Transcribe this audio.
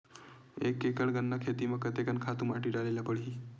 एक एकड़ गन्ना के खेती म कते कन खातु माटी डाले ल पड़ही?